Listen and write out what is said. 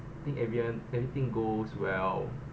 think everyone everything goes well